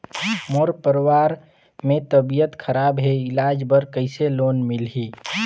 मोर परवार मे तबियत खराब हे इलाज बर कइसे लोन मिलही?